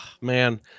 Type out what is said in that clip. man